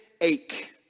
Ache